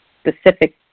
specific